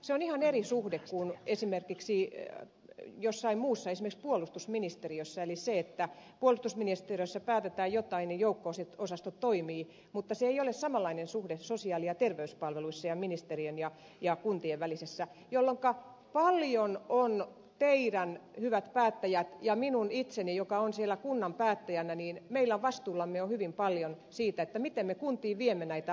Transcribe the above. se on ihan eri suhde kuin jossain muualla esimerkiksi puolustusministeriössä eli puolustusministeriössä päätetään jotain ja joukko osastot toimivat mutta se ei ole samanlainen suhde kuin sosiaali ja terveyspalveluissa ministeriön ja kuntien välinen suhde jolloinka paljon on teidän hyvät päättäjät ja minun itseni joka olen siellä kunnan päättäjänä vastuulla se miten me kuntiin viemme näitä asioita